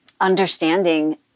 Understanding